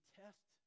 test